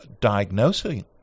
diagnosing